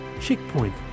Checkpoint